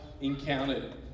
encountered